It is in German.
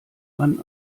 man